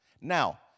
Now